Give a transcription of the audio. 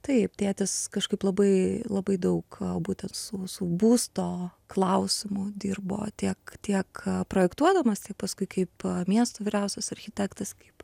taip tėtis kažkaip labai labai daug būtent su su būsto klausimu dirbo tiek tiek projektuodamas tai paskui kaip miesto vyriausias architektas kaip